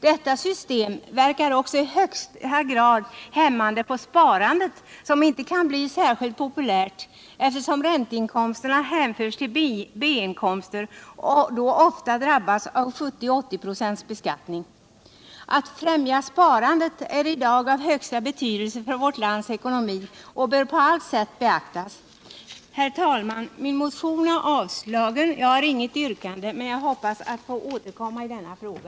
Detta system verkar också i högsta grad hämmande på sparandet, som inte kan bli särskilt populärt, eftersom ränteinkomsterna hänförs till B-inkomster och ofta drabbas av 70-80 96 beskattning. Att främja sparandet är i dag av högsta betydelse för vårt lands ekonomi, och det bör på allt sätt beaktas. Herr talman! Min motion är avstyrkt. Jag har inget yrkande, men jag hoppas att få återkomma i denna fråga.